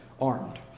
armed